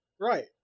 Right